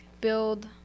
build